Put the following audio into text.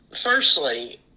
Firstly